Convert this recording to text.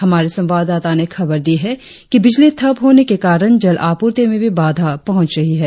हमारे संवाददाता ने खबर दी है कि बिजली ठप होने के कारण जल आपूर्ति में भी बाधा पहुंच रही है